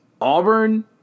Auburn